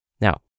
Now